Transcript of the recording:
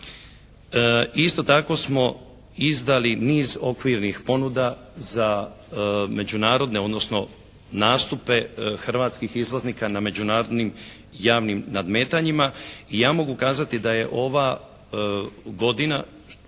Isto tako smo izdali niz okvirnih ponuda za međunarodne, odnosno nastupe hrvatskih izvoznika na međunarodnim javnim nadmetanjima i ja mogu kazati da je ova godina